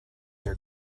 are